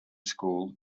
school